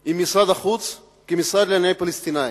עם משרד החוץ כמשרד לענייני פלסטינים.